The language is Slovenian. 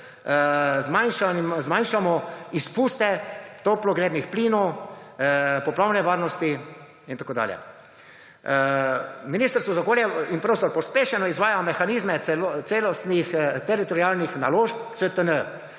zmanjšamo izpuste toplogrednih plinov, poplavna varnost in tako dalje. Ministrstvo za okolje in prostor pospešeno izvaja mehanizme celostnih teritorialnih naložb (CTN).